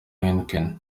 heineken